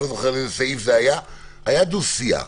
היה דו-שיח,